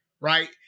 right